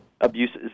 abuses